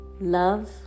Love